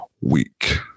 week